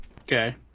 Okay